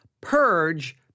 purge